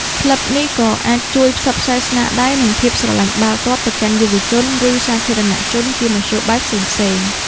ក្លឹបនេះក៏អាចជួយផ្សព្វផ្សាយស្នាដៃ និងភាពស្រលាញ់បាល់ទាត់ទៅកាន់យុវជន ឬសាធារណៈជនជាមធ្យោបាយផ្សេងៗ។